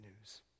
news